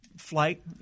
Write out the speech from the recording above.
Flight